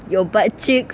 your butt cheeks